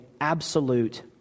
absolute